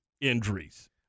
injuries